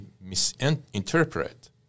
misinterpret